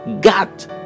got